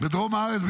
בדרום הארץ,